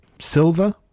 Silver